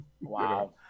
Wow